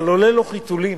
אבל עולה לו חיתולים,